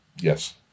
Yes